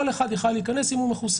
כל אחד יכול היה להיכנס, אם הוא מחוסן,